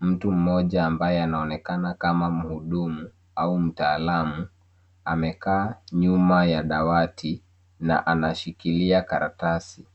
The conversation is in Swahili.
Mtu mmoja ambaye anaonekana kama mhudumu au mtaalamu amekaa nyuma ya dawati na anashikilia karatasi.